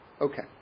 Okay